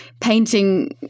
painting